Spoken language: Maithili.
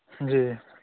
जी